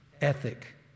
ethic